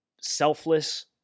selfless